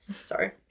Sorry